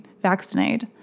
vaccinate